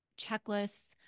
checklists